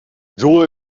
joy